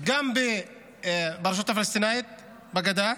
גם ברשות הפלסטינית, בגדה,